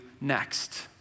next